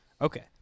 Okay